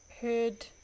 heard